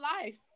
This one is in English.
life